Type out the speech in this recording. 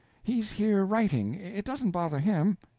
he's here writing it doesn't bother him.